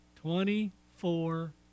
Twenty-four